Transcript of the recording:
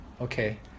Okay